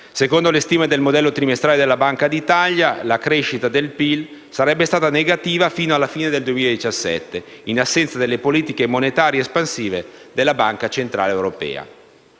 Secondo le stime del modello trimestrale della Banca d'Italia, la crescita del PIL sarebbe stata negativa sino alla fine del 2017, in assenza delle politiche monetarie espansive della Banca centrale europea.